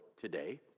today